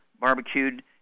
barbecued